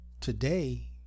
today